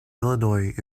illinois